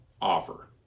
offer